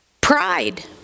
Pride